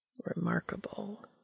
Remarkable